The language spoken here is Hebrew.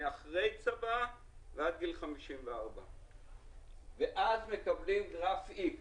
מגיל אחרי צבא ועד גיל 54. אז מקבלים גרף איקס,